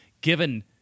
given